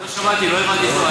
לא שמעתי, לא הבנתי.